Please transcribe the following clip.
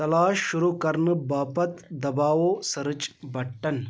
تلاش شروٗع کَرنہٕ باپَتھ دباوو سٔرٕچ بَٹن